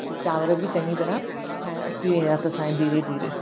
चांवर बि चंङी तरह ठाहिण अची वेंदा अथसि हाणे धीरे धीरे